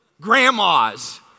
Grandmas